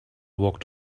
walked